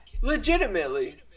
legitimately